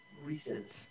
recent